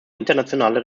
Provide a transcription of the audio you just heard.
internationale